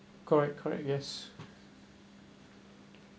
correct correct yes